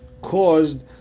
caused